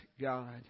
God